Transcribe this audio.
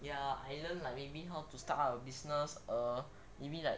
ya I learn like maybe how to start up a business or maybe like